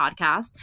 podcast